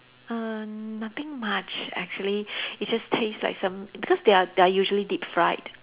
uh nothing much actually it just taste like some because they are they are usually deep fried